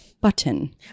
Button